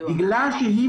בגלל שהיא